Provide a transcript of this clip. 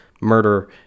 murder